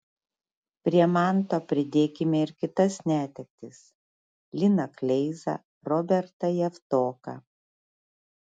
prie manto pridėkime ir kitas netektis liną kleizą robertą javtoką